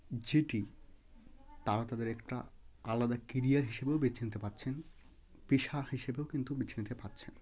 যেটি তারা তাদের একটা আলাদা কেরিয়ার হিসাবেও বেছে নিতে পারছেন পেশা হিসেবেও কিন্তু বেছে নিতে পারছে